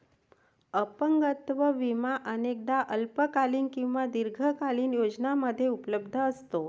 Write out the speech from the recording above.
अपंगत्व विमा अनेकदा अल्पकालीन आणि दीर्घकालीन योजनांमध्ये उपलब्ध असतो